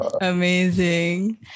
amazing